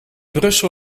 brussel